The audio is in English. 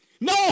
No